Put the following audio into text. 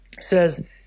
says